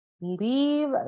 leave